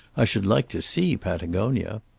i should like to see patagonia.